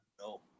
No